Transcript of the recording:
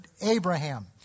Abraham